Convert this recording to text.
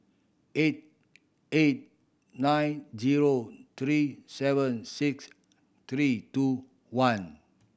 eight eight nine zero three seven six three two one